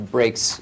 Breaks